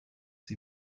sie